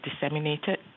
disseminated